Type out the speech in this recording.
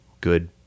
good